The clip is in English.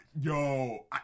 yo